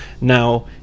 Now